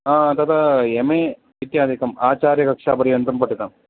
हा तदा M A इत्यादिकम् अचार्यकक्षापर्यन्तं पठितम्